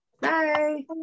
Bye